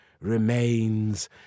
remains